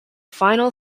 final